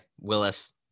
Willis